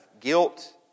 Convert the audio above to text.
guilt